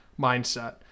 mindset